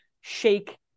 shake